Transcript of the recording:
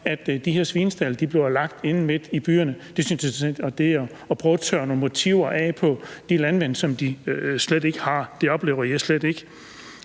om de her svinestalde bliver lagt inde midt i byerne. Det synes jeg simpelt hen er at prøve at tørre nogle motiver af på de landmænd, som de slet ikke har. Det oplever jeg slet ikke.